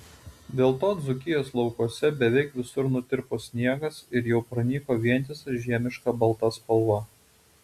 dėl to dzūkijos laukuose beveik visur nutirpo sniegas ir jau pranyko vientisa žiemiška balta spalva